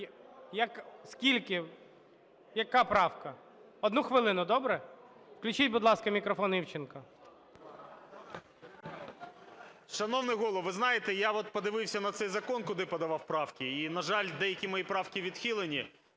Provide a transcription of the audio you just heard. Яка правка? Одну хвилину. Добре? Включить, будь ласка, мікрофон Івченка. 18:27:39 ІВЧЕНКО В.Є. Шановний Голово, ви знаєте, я, от, подивився на цей закон, куди подавав правки, і, на жаль, деякі мої правки відхилені.